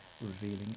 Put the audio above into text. revealing